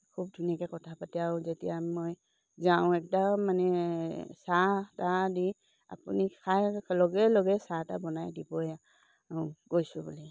বহুত ধুনীয়াকৈ কথা পাতি আৰু যেতিয়া মই যাওঁ একদম মানে চাহ তাহ দি আপুনি খাই লগে লগে চাহ তা বনাই দিবই গৈছোঁ বুলি